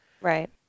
Right